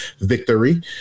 Victory